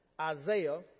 Isaiah